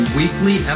weekly